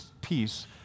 peace